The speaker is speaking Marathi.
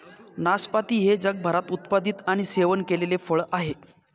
नाशपाती हे जगभरात उत्पादित आणि सेवन केलेले फळ आहे